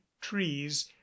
trees